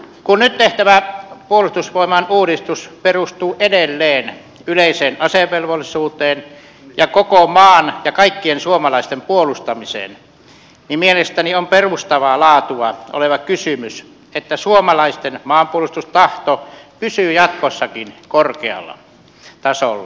kun nyt tehtävä puolustusvoimain uudistus perustuu edelleen yleiseen asevelvollisuuteen ja koko maan ja kaikkien suomalaisten puolustamiseen niin mielestäni on perustavaa laatua oleva kysymys että suomalaisten maanpuolustustahto pysyy jatkossakin korkealla tasolla